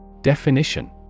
Definition